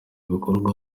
bikorwa